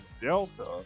Delta